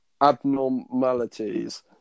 Abnormalities